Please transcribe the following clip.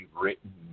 written